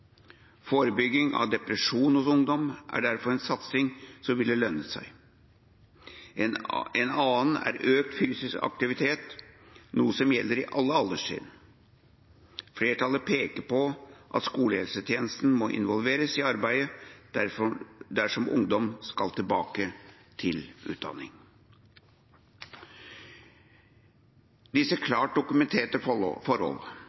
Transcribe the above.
Forebygging av depresjon hos ungdom er derfor en satsing som ville lønnet seg. En annen er økt fysisk aktivitet, noe som gjelder for alle alderstrinn. Flertallet peker på at skolehelsetjenesten må involveres i arbeidet dersom ungdom skal tilbake til utdanning. Disse klart dokumenterte forhold